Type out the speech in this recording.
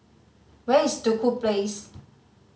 where is Duku Place